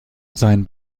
sein